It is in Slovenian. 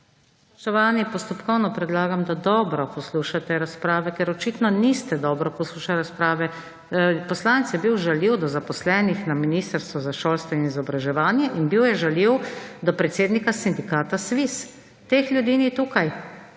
Spoštovani, postopkovno predlagam, da dobro poslušate razprave, ker očitno niste dobro poslušal razprave; poslanec je bil žaljiv do zaposlenih na Ministrstvu za šolstvo in izobraževanje in bil je žaljiv do predsednika Sindikata SVIZ. Teh ljudi ni tukaj